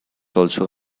also